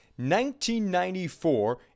1994